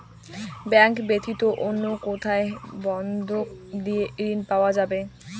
Bank ব্যাতীত অন্য কোথায় বন্ধক দিয়ে ঋন পাওয়া যাবে?